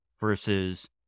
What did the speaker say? versus